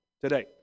today